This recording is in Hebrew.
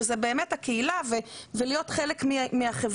שזה באמת הקהילה ולהיות חלק מהחברה.